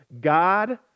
God